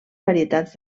varietats